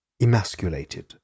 emasculated